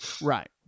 Right